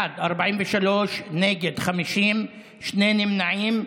בעד 43, נגד, 50, שני נמנעים.